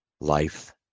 life